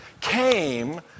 came